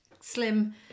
slim